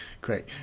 great